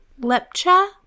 Lepcha